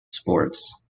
sports